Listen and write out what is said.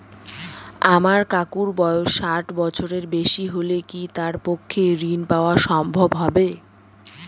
আমার কাকুর বয়স ষাট বছরের বেশি হলে কি তার পক্ষে ঋণ পাওয়া সম্ভব হবে?